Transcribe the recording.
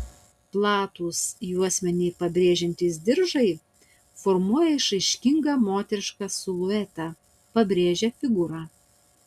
platūs juosmenį pabrėžiantys diržai formuoja išraiškingą moterišką siluetą pabrėžia figūrą